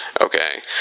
Okay